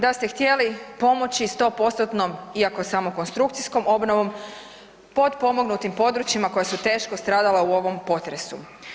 Da ste htjeli pomoći 100%-tnom, iako samo konstrukcijskom obnovom potpomognutim područjima koja su teško stradala u ovom potresu.